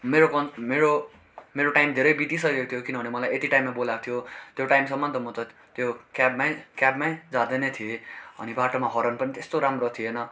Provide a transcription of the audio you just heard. मेरो कन् मेरो मेरो टाइम धेरै बितिसकेको थियो किनभने मलाई यति टाइममा बोलाएको थियो त्यो टाइमसम्म त म त त्यो क्याबमै क्याबमै जाँदै नै थिएँ अनि बाटोमा हर्न पनि त्यस्तो राम्रो थिएन